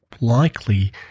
likely